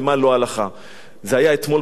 זה היה אתמול בעניין הזה של "תורת המלך",